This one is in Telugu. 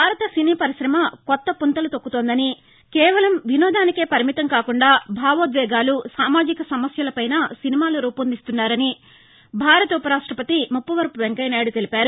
భారత సినీ పరిశమ కొత్త పుంతలు తొక్కుతోందని కేవలం వినోదానికే పరిమితం కాకుండా భావోద్యేగాలు సామాజిక సమస్యలపైనా సినిమాలను రూపొందిస్తున్నారని భారత ఉపరాష్టపతి ముప్పవరపు వెంకయ్యనాయుడు తెలిపారు